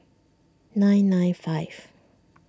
nine nine five